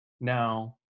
Now